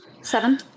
Seven